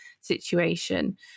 situation